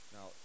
Now